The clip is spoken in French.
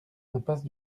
impasse